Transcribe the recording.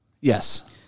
Yes